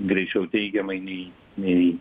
greičiau teigiamai nei nei